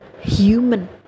human